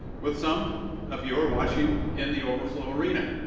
with some of you are watching in the overflow arena.